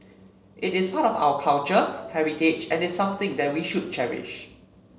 it is part of our culture heritage and is something that we should cherish